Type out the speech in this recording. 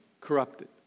corrupted